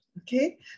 Okay